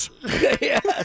Yes